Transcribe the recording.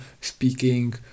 speaking